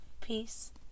peace